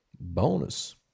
bonus